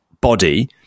body